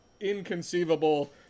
inconceivable